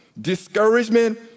discouragement